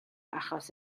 achos